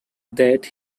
that